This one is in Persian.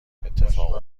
اتفاق